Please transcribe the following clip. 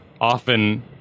often